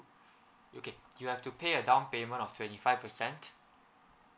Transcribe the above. okay you have to pay a down payment of twenty five percent